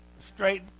Straight